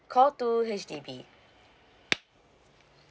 call two H_D_B